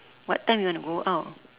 what time you want to go out